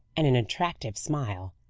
and an attractive smile.